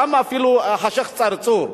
גם אפילו השיח' צרצור.